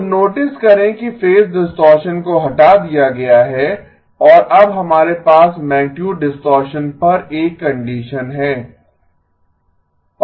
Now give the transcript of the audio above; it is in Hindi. तो नोटिस करें कि फेज डिस्टॉरशन को हटा दिया गया है और अब हमारे पास मैगनीटुड डिस्टॉरशन पर एक कंडीशन है